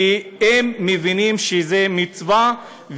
כי הם מבינים שזו מצווה,